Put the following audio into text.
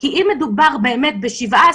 כי אם מדובר באמת ב-17%,